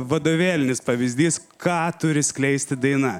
vadovėlinis pavyzdys ką turi skleisti daina